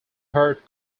heard